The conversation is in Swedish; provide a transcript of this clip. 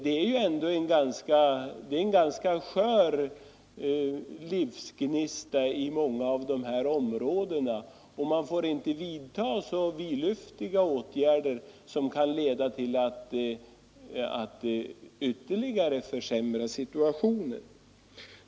Det är ju ändå en ganska skör livsgnista i många av de här områdena, och man får inte vidta så vidlyftiga åtgärder att det ytterligare försämrar situationen.